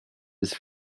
his